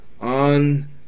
on